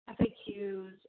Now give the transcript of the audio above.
FAQs